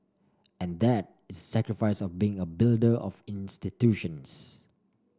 and that is the sacrifice of being a builder of institutions